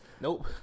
Nope